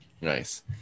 Nice